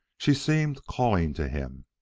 she seemed calling to him.